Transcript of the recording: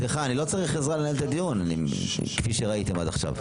אני לא צריך עזרה לנהל את הדיון כפי שראיתם עד עכשיו.